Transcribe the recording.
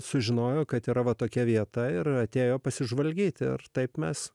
sužinojo kad yra tokia vieta ir atėjo pasižvalgyti ar taip mes